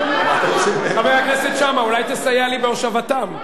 חבר הכנסת שאמה, אולי תסייע לי בהושבתם?